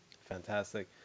Fantastic